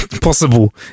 possible